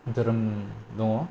धोरोम दङ